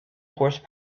horse